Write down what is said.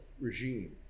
regime